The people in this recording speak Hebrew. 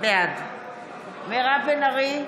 בעד מירב בן ארי,